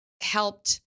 helped